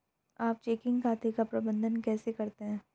आप चेकिंग खाते का प्रबंधन कैसे करते हैं?